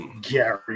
Gary